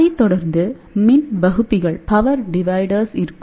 இதைத் தொடர்ந்து மின் வகுப்பிகள் பவர் டிவைடர் இருக்கும்